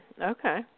Okay